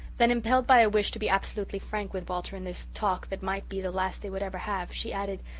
then, impelled by a wish to be absolutely frank with walter in this talk that might be the last they would ever have, she added,